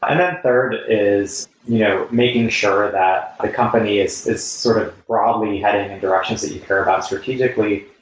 and then third is you know making sure that the company is is sort of broadly heading in directions that you care about strategically,